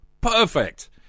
Perfect